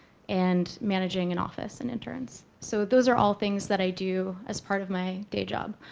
and managing an office and interns. so those are all things that i do as part of my day job.